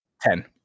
Ten